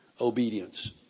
Obedience